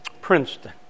Princeton